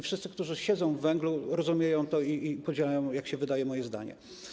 Wszyscy, którzy siedzą w węglu, to rozumieją i podzielają, jak się wydaje, moje zdanie.